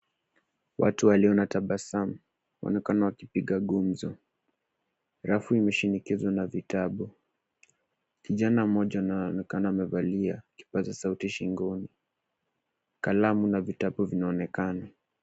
Watu walio na tabasamu wanaonekana wakipiga gumzo. Rafu imeshinikizwa na vitabu. Kijana mmoja anaonekana amevalia kipaza sauti shingoni. Kalamu na vitabu vinaonekana.